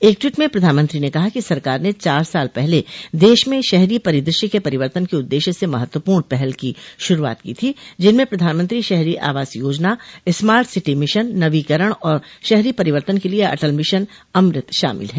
एक ट्वीट मं प्रधानमंत्री ने कहा कि सरकार ने चार साल पहले देश में शहरी परिदृश्य के परिवर्तन के उद्देश्य से महत्वपूर्ण पहल की शुरुआत की थी जिनमें प्रधानमंत्री शहरी आवास योजना स्मार्ट सिटी मिशन नवीकरण और शहरी परिवर्तन के लिए अटल मिशन अमृत शामिल हैं